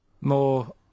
More